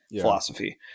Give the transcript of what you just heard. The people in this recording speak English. philosophy